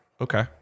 Okay